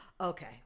okay